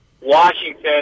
Washington